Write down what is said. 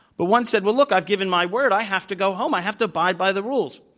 but one said, well, look. i've given my word. i have to go home. i have to abide by the rules.